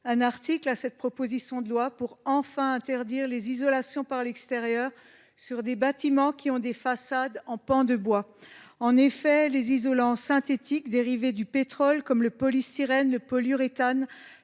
Par cet amendement, nous souhaitons interdire les isolations par l’extérieur sur des bâtiments qui ont des façades à pans de bois. En effet, les isolants synthétiques dérivés du pétrole, comme le polystyrène ou le polyuréthane,